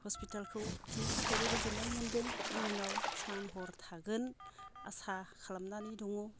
हस्पिटालखौ बिनि थाखायबो गोजोननाय मोन्दों इयुनाव सान हर थागोन आसा खालामनानै दङ